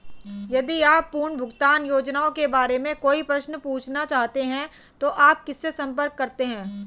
यदि आप पुनर्भुगतान योजनाओं के बारे में कोई प्रश्न पूछना चाहते हैं तो आप किससे संपर्क करते हैं?